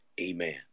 Amen